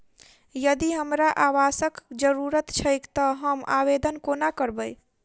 यदि हमरा आवासक जरुरत छैक तऽ हम आवेदन कोना करबै?